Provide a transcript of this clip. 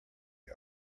are